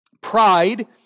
Pride